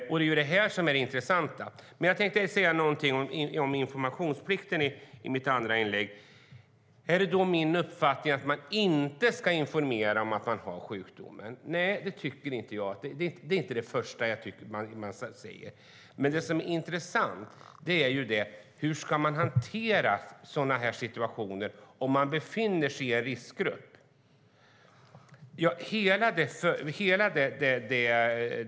Det är det som är det intressanta. Jag tänkte säga någonting om informationsplikten. Är då min uppfattning att man inte ska informera om att man har sjukdomen? Nej, det tycker jag inte är det första man ska säga. Men det som är intressant är hur man ska hantera olika situationer om man befinner sig en i riskgrupp.